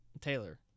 Taylor